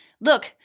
Look